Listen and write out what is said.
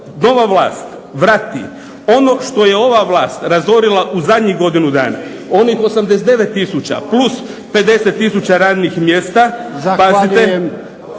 nova vlast vrati ono što je ova vlast razorila u zadnjih godinu dana onih 89000 plus 50000 radnih mjesta.